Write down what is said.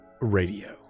Radio